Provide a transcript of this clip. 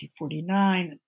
1949